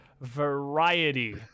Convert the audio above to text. variety